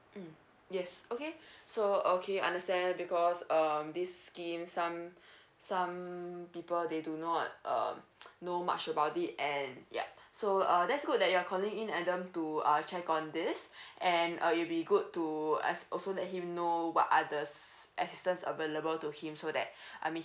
mm yes okay so okay understand because um this scheme some some people they do not uh know much about it and yup so uh that's good that you're calling in adam to uh check on this and uh you'll be good to ask also let him know what are the assistance available to him so that I mean